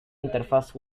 interfaz